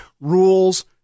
rules